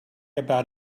about